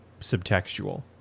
subtextual